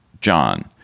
John